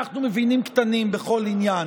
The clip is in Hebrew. אנחנו מבינים קטנים בכל עניין.